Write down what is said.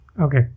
Okay